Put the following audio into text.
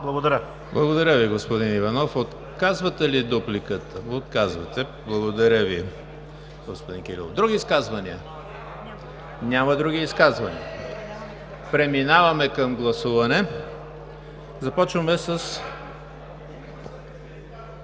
Благодаря Ви, господин Иванов. Отказвате ли дупликата? Отказвате. Благодаря Ви, господин Кирилов. Други изказвания? Няма други изказвания? Преминаваме към гласуване. Започваме с